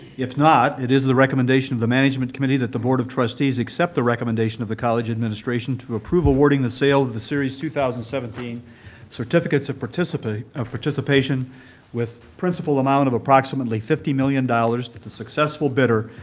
if not, it is the recommendation of management committee that the board of trustees accept the recommendation of the college administration to approve awarding the sale of the series two thousand and seventeen certificates of participation of participation with principal amount of approximately fifty million dollars to the successful bidder,